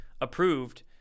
approved